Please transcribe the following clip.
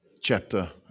chapter